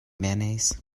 mayonnaise